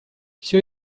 все